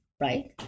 right